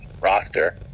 roster